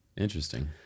interesting